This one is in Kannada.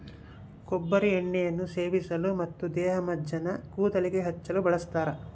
ಕೊಬ್ಬರಿ ಎಣ್ಣೆಯನ್ನು ಸೇವಿಸಲು ಮತ್ತು ದೇಹಮಜ್ಜನ ಕೂದಲಿಗೆ ಹಚ್ಚಲು ಬಳಸ್ತಾರ